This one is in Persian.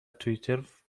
توئیتر